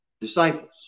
disciples